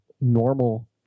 normal